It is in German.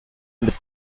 mit